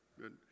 Good